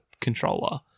controller